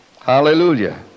Hallelujah